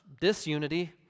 disunity